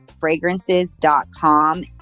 fragrances.com